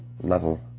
level